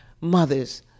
mothers